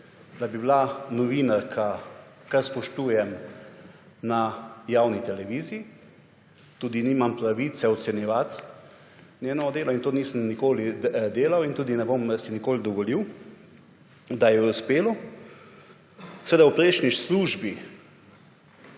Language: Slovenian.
da bi bila novinarka, kar spoštujem, na javni televiziji, in tudi nimam pravice ocenjevati njenega dela, kar nisem nikoli delal in si tudi ne bom nikoli dovolil, da ji je uspelo v prejšnji službi